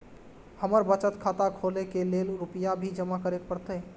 हमर बचत खाता खोले के लेल रूपया भी जमा करे परते?